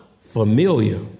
Familiar